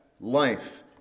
life